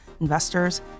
investors